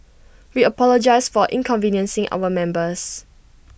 we apologise for inconveniencing our members